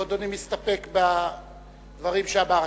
או שאדוני מסתפק בדברים שאמר השר.